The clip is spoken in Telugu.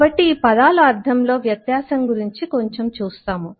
కాబట్టి ఈ పదాల అర్థం లో వ్యత్యాసం గురించి కొంచెం చూస్తాము